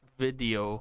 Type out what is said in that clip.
video